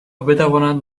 بتوانند